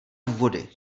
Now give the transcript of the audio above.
důvody